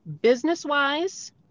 Business-wise